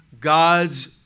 God's